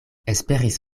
esperis